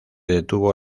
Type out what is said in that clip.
detuvo